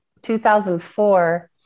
2004